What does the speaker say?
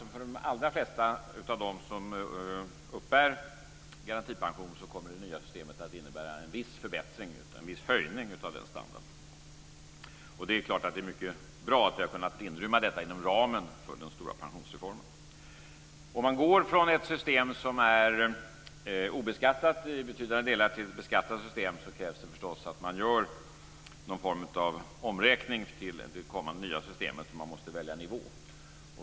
För de allra flesta som uppbär garantipension kommer det nya systemet att innebära en viss förbättring, en viss höjning av standarden. Det är mycket bra att vi har kunnat inrymma detta inom ramen för den stora pensionsreformen. Om man går från ett system som i betydande delar är obeskattat till ett beskattat system krävs det förstås att man gör någon form av omräkning till det kommande nya systemet. Man måste välja nivå.